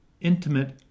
intimate